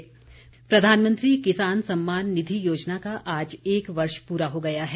किसान निधि प्रधानमंत्री किसान सम्मान निधि योजना का आज एक वर्ष पूरा हो गया है